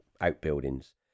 outbuildings